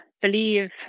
believe